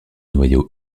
noyau